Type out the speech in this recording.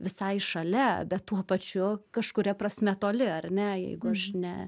visai šalia bet tuo pačiu kažkuria prasme toli ar ne jeigu aš ne